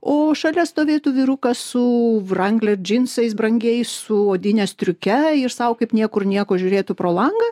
o šalia stovėtų vyrukas su wrangel džinsais brangiais su odine striuke ir sau kaip niekur nieko žiūrėtų pro langą